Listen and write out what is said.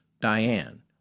Diane